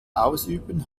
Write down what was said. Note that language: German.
ausüben